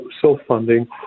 self-funding